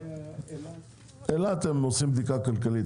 שבאילת הם עושים בדיקה כלכלית,